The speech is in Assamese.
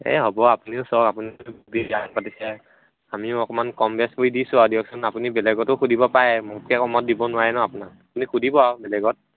এ হ'ব আপুনিও চব আপুনিও আমিও অকণমান কম বেছ কৰি দিছোঁ আৰু দিয়কচোন আপুনি বেলেগতো সুধিব পাৰে মোতকৈ কমত দিব নোৱাৰে ন আপুনি সুধিব আৰু বেলেগত